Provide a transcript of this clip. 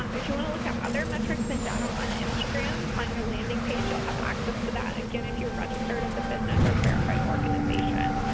um if you want to look at other metrics and data on instagram, on your landing page, you'll have access to that, again, if you're registered as a business or verified organization.